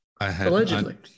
Allegedly